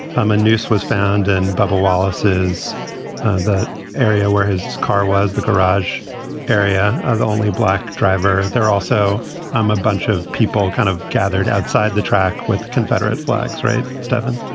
um, a noose was found and bubba wallace is the area where his car was, the garage area, ah the only black driver there are also um a bunch of people kind of gathered outside the track with confederate flags, right, stefan?